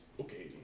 okay